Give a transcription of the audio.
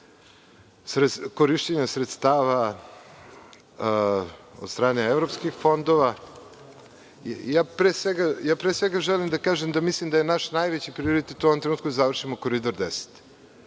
korišćenja sredstava od strane evropskih fondova, pre svega, želim da kažem da mislim da je naš najveći prioritet u ovom trenutku da završimo Koridor 10.